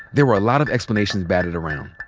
there were a lot of explanations batted around.